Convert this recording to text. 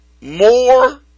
more